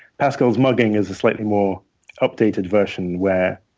pascal's mugging is a slightly more updated version, where